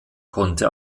konnte